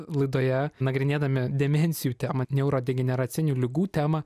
laidoje nagrinėdami demencijų temą neurodegeneracinių ligų temą